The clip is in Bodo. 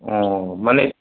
अ माने